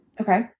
Okay